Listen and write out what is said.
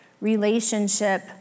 relationship